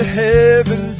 heaven